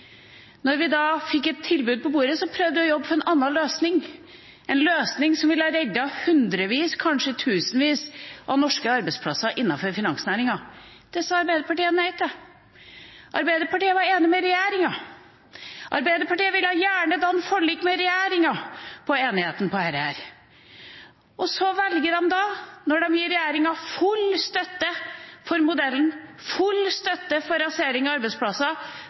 Når vi da fikk et tilbud på bordet, prøvde vi å jobbe for en annen løsning – en løsning som ville reddet hundrevis, kanskje tusenvis av norske arbeidsplasser innenfor finansnæringen. Det sa Arbeiderpartiet nei til. Arbeiderpartiet var enig med regjeringa! Arbeiderpartiet ville gjerne danne forlik med regjeringa om enigheten når det gjelder dette! Så velger de da, når de gir regjeringa full støtte for modellen – full støtte for rasering av arbeidsplasser